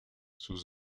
sus